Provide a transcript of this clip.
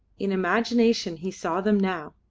in imagination he saw them now.